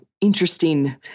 interesting